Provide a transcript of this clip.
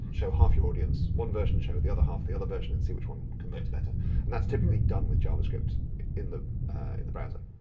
show half your audience one version, show the other half the other version and see which one converts better and that's typically done with javascript in the in the browser.